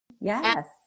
Yes